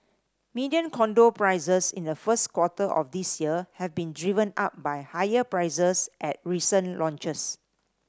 median condo prices in the first quarter of this year have been driven up by higher prices at recent launches